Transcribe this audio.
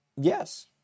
Yes